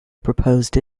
proposed